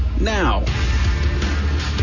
now